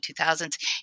2000s